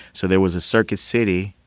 so there was a circuit city.